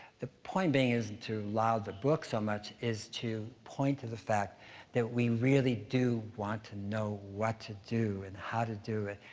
the point being isn't to laud the book so much as to point to the fact that we really do want to know what to do and how to do it.